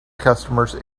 customers